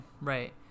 Right